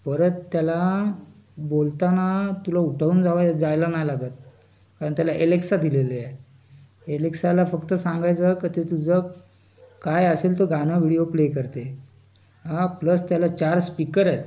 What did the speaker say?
परत त्याला बोलताना तुला उठवून जावया जायला नाही लागत कारण तेला एलेक्सा दिलेली आहे एलेक्साला फक्त सांगायचं का ते तुझं काय असेल तो गाणं व्हिडिओ प्ले करते हां प्लस त्याला चार स्पीकर आहेत